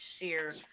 share